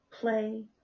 play